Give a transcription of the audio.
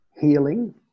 healing